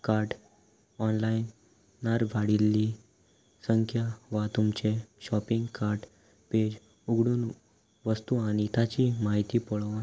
cart online नार वाडिल्ली संख्या वा तुमचें शॉपिंग कार्ट पेज उगडून वस्तू आनी ताची म्हायती पळोव